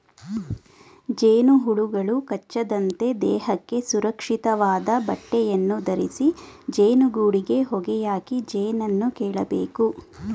ಜೇನುಹುಳುಗಳು ಕಚ್ಚದಂತೆ ದೇಹಕ್ಕೆ ಸುರಕ್ಷಿತವಾದ ಬಟ್ಟೆಯನ್ನು ಧರಿಸಿ ಜೇನುಗೂಡಿಗೆ ಹೊಗೆಯಾಕಿ ಜೇನನ್ನು ಕೇಳಬೇಕು